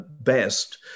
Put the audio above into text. best